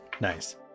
Nice